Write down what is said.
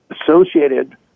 associated